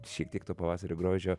šiek tiek to pavasario grožio